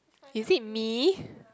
you feed me